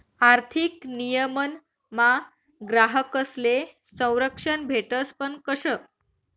आर्थिक नियमनमा ग्राहकस्ले संरक्षण भेटस पण कशं